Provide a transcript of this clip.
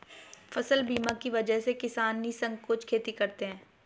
फसल बीमा की वजह से किसान निःसंकोच खेती करते हैं